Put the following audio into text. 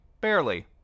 barely